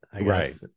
right